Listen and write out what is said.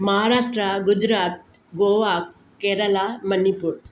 Maharashtra Gujarat Goa Kerala Manipur